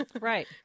Right